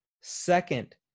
second